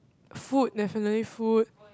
food definitely food